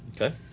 Okay